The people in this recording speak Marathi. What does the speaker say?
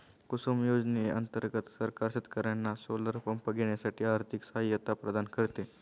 कुसुम योजने अंतर्गत सरकार शेतकर्यांना सोलर पंप घेण्यासाठी आर्थिक सहायता प्रदान करते